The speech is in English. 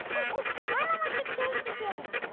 oh, oh elmo wants to change the game.